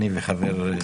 אני וחברי,